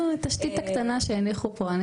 התשתית הקטנה שהניחו פה,